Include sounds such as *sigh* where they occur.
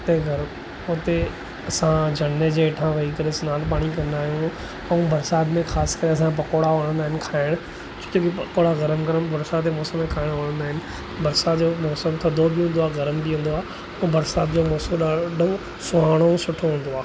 *unintelligible* उते असां झरणे जे हेठां वेही करे सनानु पाणी कंदा आहियूं ऐं बरसाति में ख़ासि करे असां पकौड़ा वणंदा आहिनि खाइणु पकौड़ा गरमु गरमु बरसाति जे मौसम मे खाइणु वणंदा आहिनि बरसाति जो मौसमु थधो बि हूंदो आहे गरमु बि हूंदो आहे बरसाति जो मौसमु ॾाढो सुहानो ऐं सुठो हूंदो आहे